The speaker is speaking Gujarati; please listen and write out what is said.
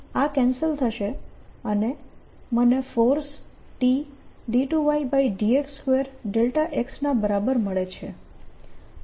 અહીં આ કેન્સલ થશે અને મને ફોર્સ T2yx2x ના બરાબર મળે છે